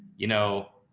you know,